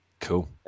Cool